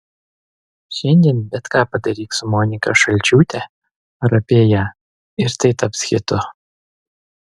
šiandien bet ką padaryk su monika šalčiūte ar apie ją ir tai taps hitu